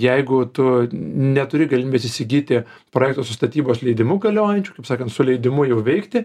jeigu tu neturi galimybės įsigyti projekto su statybos leidimu galiojančiu kaip sakant su leidimu jau veikti